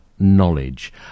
knowledge